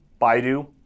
Baidu